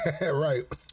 Right